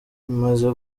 rimaze